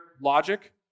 logic